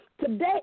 Today